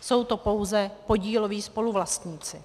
Jsou to pouze podíloví spoluvlastníci.